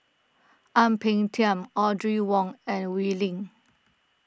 Ang Peng Tiam Audrey Wong and Wee Lin